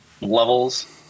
levels